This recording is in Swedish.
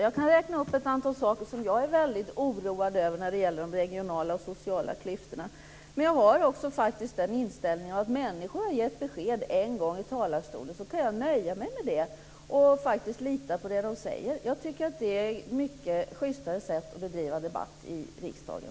Jag kan räkna upp ett antal saker som jag är väldigt oroad över när det gäller de regionala och sociala klyftorna men jag har också inställningen att har människor en gång gett besked i talarstolen kan jag nöja mig med det. Jag litar faktiskt på vad de säger och tycker att det är ett mycket schystare sätt att bedriva debatt i riksdagen.